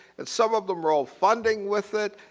and some of them roll funding with it.